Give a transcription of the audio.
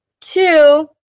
two